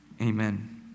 Amen